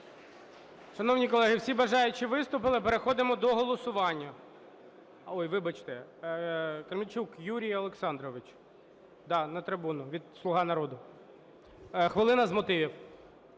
Шановні колеги, всі бажаючі виступили. Переходимо до голосування.